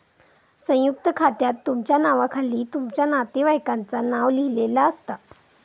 संयुक्त खात्यात तुमच्या नावाखाली तुमच्या नातेवाईकांचा नाव लिहिलेला असता